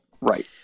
right